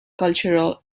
cultural